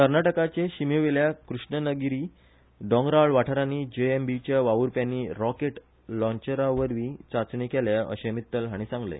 कर्नाटकाचे शीमेवेल्या कृष्णनागिरी दोंगराळ वाठारानी जेएमबीच्या वावुरप्यानी रॉकेट लॉचराचीय चाचणी केल्या अशे मित्तल हाणी सांगले